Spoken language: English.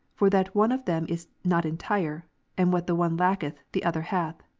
for that one of them is not entire and what the one lacketh, the other hath.